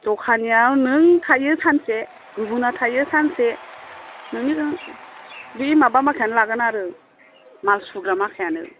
दखानियाव नों थायो सानसे गुबुना थायो सानसे नोंनि बे माबा माखायानो लागोन आरो माल सुग्रा माखायानो